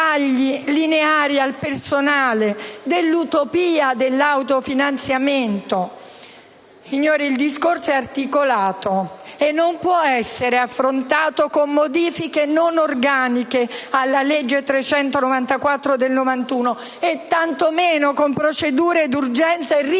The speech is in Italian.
Signori, il discorso è articolato e non può essere affrontato con modifiche non organiche alla legge n. 394 del 1991 e, tanto meno, con procedura d'urgenza e rito